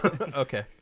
okay